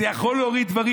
זה יכול להוריד דברים.